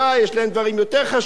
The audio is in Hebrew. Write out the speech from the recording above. יש להם דברים יותר חשובים,